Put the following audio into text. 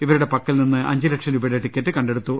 ഇവരുടെ പക്കൽനിന്ന് അഞ്ചുലക്ഷം രൂപയുടെ ടിക്കറ്റ് കണ്ടെടുത്തു